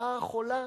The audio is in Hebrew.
הרעה החולה,